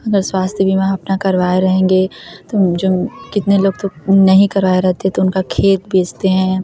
स्वास्थ बीमा अपना करवाए रहेंगे तो जो कितने लोग तो नहीं करवाए रहते तो उनका खेत बेचते हैं